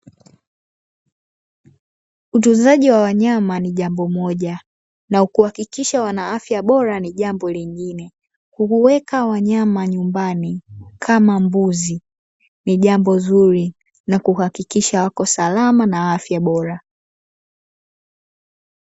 Utunzaji wa wanyama ni jambo moja, na kuhakikisha wana afya bora ni jambo lingine. Kuweka wanyama nyumbani kama mbuzi ni jambo zuri na kuhakikisha wako salama na wana afya Bora.